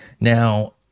Now